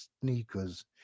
sneakers